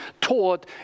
taught